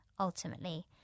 Ultimately